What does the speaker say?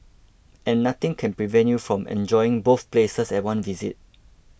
and nothing can prevent you from enjoying both places at one visit